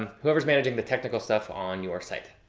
um whoever's managing the technical stuff on your site.